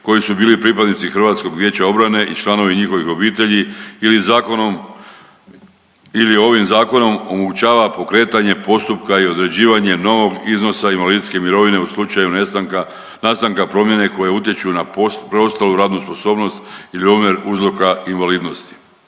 koji su bili pripadnici HVO-a i članovi njihovih obitelji ili zakonom ili ovim Zakonom omogućava pokretanje postupka i određivanje novog iznosa invalidske mirovine u slučaju nastanka promjene koje utječu na preostalu radnu sposobnost ili omjer uzroka invalidnosti.